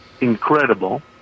Incredible